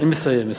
אני מסיים.